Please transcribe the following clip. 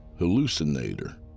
Hallucinator